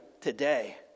today